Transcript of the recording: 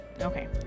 okay